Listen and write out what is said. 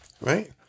right